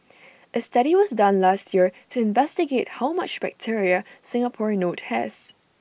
A study was done last year to investigate how much bacteria Singapore note has